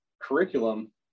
curriculum